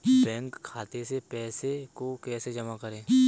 Bank खाते से पैसे को कैसे जमा करें?